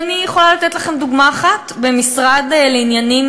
ואני יכולה לתת לכם דוגמה אחת: במשרד לעניינים